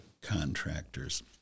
contractors